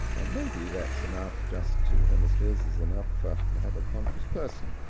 and maybe that's enough, just two hemispheres is enough to have a conscious person.